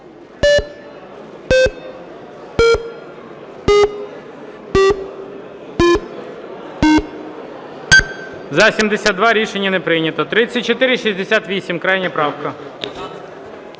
За-72 Рішення не прийнято. 3468 крайня правка.